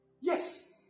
Yes